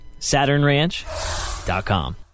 SaturnRanch.com